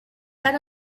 that